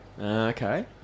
Okay